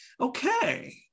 okay